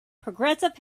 progressive